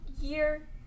year